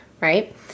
right